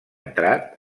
entrat